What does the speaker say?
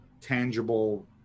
tangible